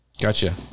Gotcha